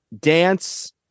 dance